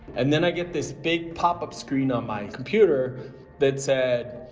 and then i get this big pop-up screen on my computer that said,